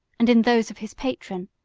and in those of his patron,